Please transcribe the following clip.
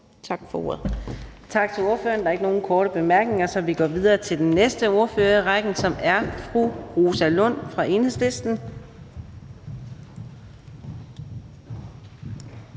Tak for ordet.